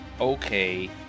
Okay